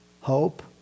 hope